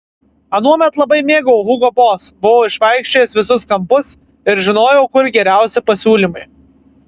anuomet labai mėgau hugo boss buvau išvaikščiojęs visus kampus ir žinojau kur geriausi pasiūlymai